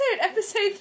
episode